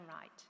right